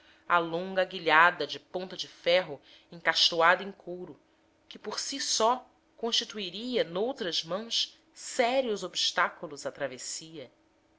a longa aguilhada de ponta de ferro encastoado em couro que por si só constituiria noutras mãos sérios obstáculos à travessia